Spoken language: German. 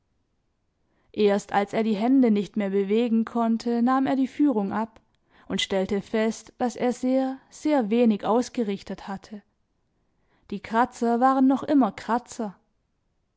erst als er die hände nicht mehr bewegen konnte nahm er die führung ab und stellte fest daß er sehr sehr wenig ausgerichtet hatte die kratzer waren noch immer